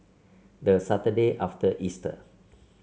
the Saturday after Easter